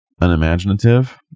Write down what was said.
unimaginative